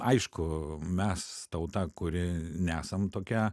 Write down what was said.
aišku mes tauta kuri nesam tokia